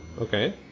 Okay